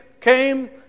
came